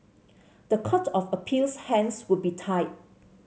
the Court of Appeal's hands would be tied